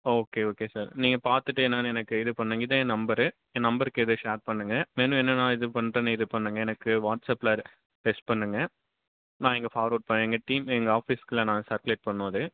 okay okay sir நீங்கள் பார்த்துட்டு என்னன்னு எனக்கு இது பண்ணுங்கள் இதுதான் என் நம்பரு என் நம்பருக்கு இது ஷேர் பண்ணுங்கள் மெனு என்னென்னலாம் இது பண்ணிட்டு நீ இது பண்ணுங்கள் எனக்கு வாட்ஸ்ஆப்பில் டெக்ஸ் பண்ணுங்கள் நான் இங்கே ஃபார்வேர்டு ப எங்கள் டீம் எங்கள் ஆஃபீஸ்க்குள்ளே நான் சர்க்குலேட் பண்ணணும் அது